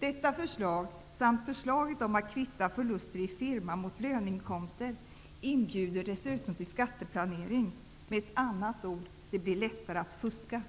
Detta förslag samt förslaget om att kvitta förluster i firma mot löneinkomster inbjuder dessutom till skatteplanering. Det blir med andra ord lättare att fuska.